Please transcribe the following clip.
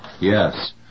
Yes